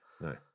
No